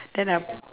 then I